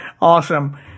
awesome